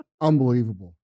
Unbelievable